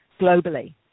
globally